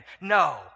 No